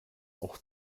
auch